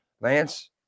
Lance